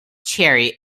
cherry